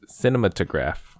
cinematograph